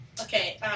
Okay